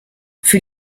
für